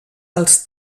els